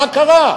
מה קרה?